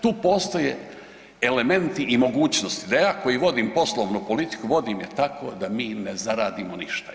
Tu postoje elementi i mogućnosti da ja koji vodim poslovnu politiku vodim je tako da mi ne zaradimo ništa.